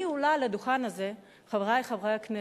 אני עולה על הדוכן הזה, חברי חברי הכנסת,